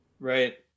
Right